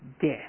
death